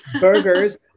burgers